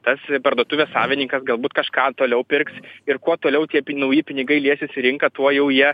tas parduotuvės savininkas galbūt kažką toliau pirks ir kuo toliau tie nauji pinigai liesis rinką tuo jau jie